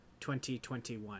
2021